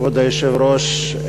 כבוד היושב-ראש,